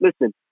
Listen